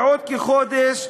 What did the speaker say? בעוד כחודש.